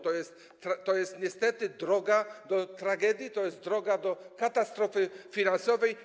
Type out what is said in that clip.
To jest niestety droga do tragedii, to jest droga do katastrofy finansowej.